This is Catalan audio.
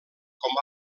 com